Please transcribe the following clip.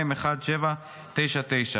מ/1799.